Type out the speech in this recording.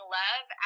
love